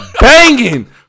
banging